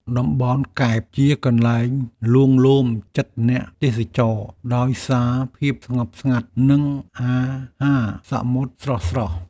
តំបន់កែបជាកន្លែងលួងលោមចិត្តអ្នកទេសចរដោយសារភាពស្ងប់ស្ងាត់ និងអាហារសមុទ្រស្រស់ៗ។